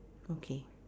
okay